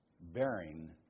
bearing